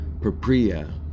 propria